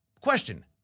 question